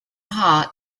heart